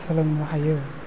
सोलोंनो हायो